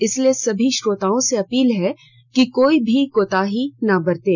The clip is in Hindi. इसलिए सभी श्रोताओं से अपील है कि कोई भी कोताही ना बरतें